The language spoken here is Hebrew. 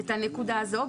את הנקודה הזאת.